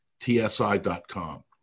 tsi.com